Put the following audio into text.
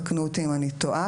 תקנו אותי אם אני טועה,